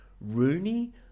Rooney